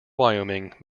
wyoming